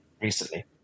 recently